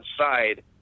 outside